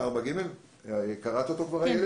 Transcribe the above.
4(ג), קראת אותו כבר, איילת?